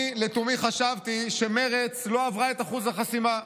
אני לתומי חשבתי שמרצ לא עברה את אחוז החסימה.